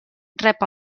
rep